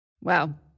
Wow